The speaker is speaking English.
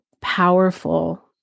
powerful